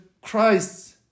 Christ